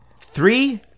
three